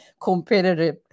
competitive